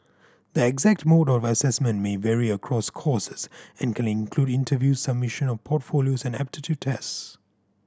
the exact mode of assessment may vary across courses and can include interviews submission of portfolios and aptitude test